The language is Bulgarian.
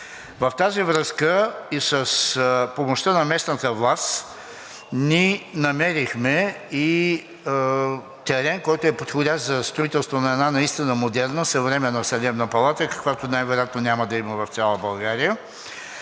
В тази връзка и с помощта на местната власт ние намерихме и терен, който е подходящ за строителство на една наистина модерна, съвременна съдебна палата, каквато най-вероятно няма да има в цяла България,